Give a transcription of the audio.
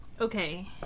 Okay